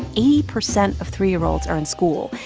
eighty percent of three year olds are in school.